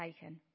taken